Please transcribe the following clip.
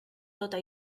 tota